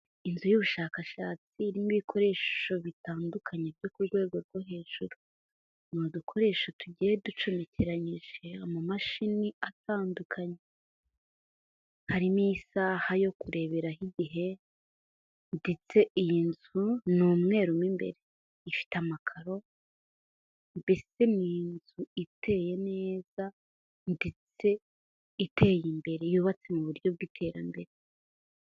Knzu y'ubushakashatsi irimo'ibikoresho bitandukanye byo ku rwego rwo hejuru. Ni udukoresho tugiye ducumekeranyije, amamashini atandukanye. Harimo isaha yo kureberaho igihe ndetse iyi nzu ni umwe mo imbere. Ifite amakaro mbese ni inzu iteye neza ndetse iteye imbere yubatse mu buryo bw'iterambere.